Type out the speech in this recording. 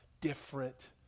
different